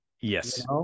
Yes